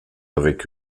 avec